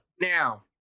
Now